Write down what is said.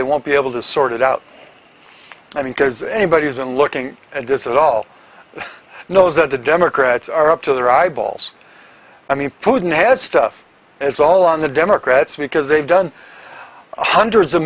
they won't be able to sort it out i mean because anybody who's been looking at this at all knows that the democrats are up to their eyeballs i mean putin has stuff it's all on the democrats because they've done hundreds of